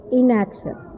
inaction